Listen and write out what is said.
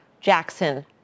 Jackson